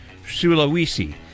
Sulawesi